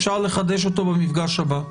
אפשר לחדש אותו במפגש הבא.